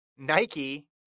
nike